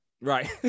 Right